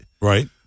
Right